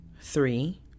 three